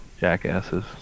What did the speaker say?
jackasses